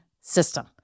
system